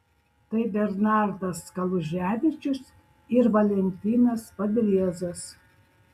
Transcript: tai bernardas kaluževičius ir valentinas padriezas